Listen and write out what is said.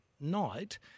night